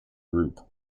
group